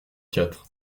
quatre